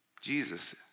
Jesus